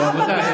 רבותיי,